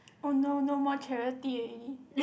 oh no no more charity already